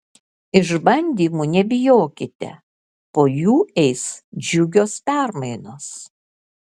išbandymų nebijokite po jų eis džiugios permainos